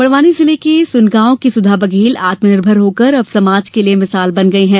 बड़वानी जिले के सुनगांव की सुधा बघेल आत्मनिर्भर होकर अब समाज के लिए मिसाल बन गई है